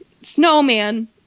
Snowman